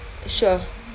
sure